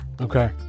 Okay